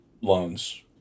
loans